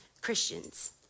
Christians